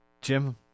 Jim